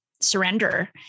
surrender